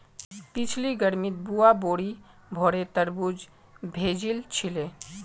पिछली गर्मीत बुआ बोरी भोरे तरबूज भेजिल छिले